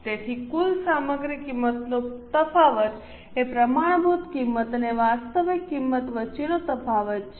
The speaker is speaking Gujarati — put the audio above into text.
તેથી કુલ સામગ્રી કિંમતનો તફાવત એ પ્રમાણભૂત કિંમત અને વાસ્તવિક કિંમત વચ્ચેનો તફાવત છે